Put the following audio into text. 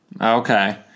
Okay